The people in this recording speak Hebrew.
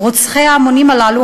רוצחי ההמונים הללו,